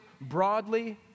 broadly